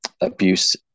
abuse